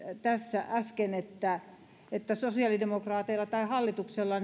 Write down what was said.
tässä äsken että että sosiaalidemokraateilla tai hallituksella